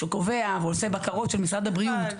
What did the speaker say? קובע ועושה בקרות של משרד הבריאות,